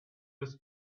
this